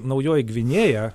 naujoji gvinėja